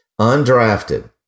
Undrafted